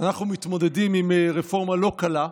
אנחנו מתמודדים עם רפורמה לא קלה,